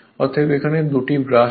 অতএব এখানে 2টি ব্রাশ আছে